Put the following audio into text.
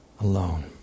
alone